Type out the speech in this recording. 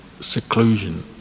seclusion